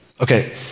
Okay